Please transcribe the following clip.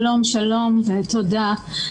שלום ותודה.